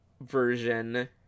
version